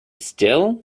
still